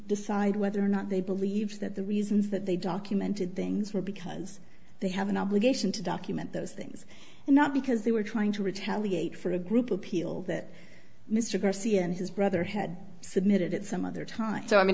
decide whether or not they believed that the reasons that they documented things were because they have an obligation to document those things and not because they were trying to retaliate for a group of peel that mr garcia and his brother had submitted at some other time so i mean